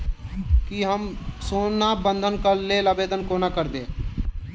की हम सोना बंधन कऽ लेल आवेदन कोना करबै?